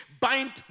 Bind